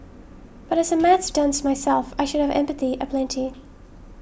but as a maths dunce myself I should have empathy aplenty